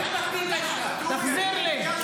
תחזיר לי.